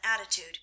attitude